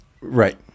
Right